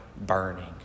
burning